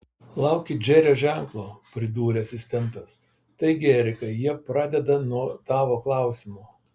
laukit džerio ženklo pridūrė asistentas taigi erikai jie pradeda nuo tavo klausimo